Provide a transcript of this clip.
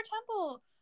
temple